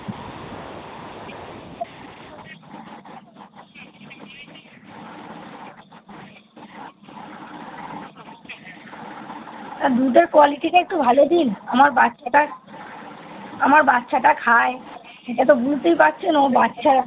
আর দুধের কোয়ালিটিটা একটু ভালো দিন আমার বাচ্চাটা আমার বাচ্চাটা খায় এটা তো বুঝতেই পারছেন ও বাচ্চা